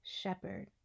shepherd